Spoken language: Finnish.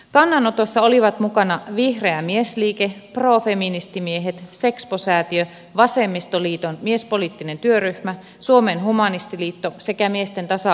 kannanotossa olivat mukana vihreä miesliike profeministimiehet sexpo säätiö vasemmistoliiton miespoliittinen työryhmä suomen humanistiliitto sekä miesten tasa arvo rekisteröity yhdistys